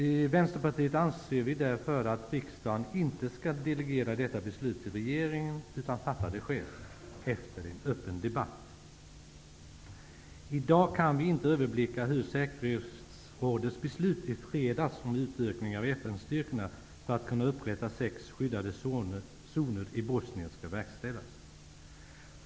I Vänsterpartiet anser vi därför att riksdagen inte skall delegera detta beslut till regeringen utan fatta det själv, efter en öppen debatt. I dag kan vi inte överblicka hur säkerhetsrådets beslut i fredags om utökning av FN-styrkorna för att kunna upprätta sex skyddade zoner i Bosnien skall verkställas.